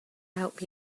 help